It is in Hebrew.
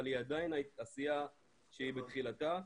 אבל זו עדיין עשייה שהיא בתחילתה.